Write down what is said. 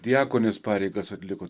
diakonės pareigas atliko